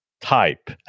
type